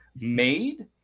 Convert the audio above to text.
made